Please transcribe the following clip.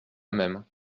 même